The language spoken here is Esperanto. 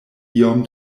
iom